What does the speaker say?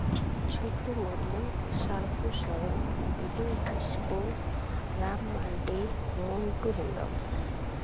Chhotu Murmu Salku Soren Bijoy Kisku Ram Mardi Montu Hembrom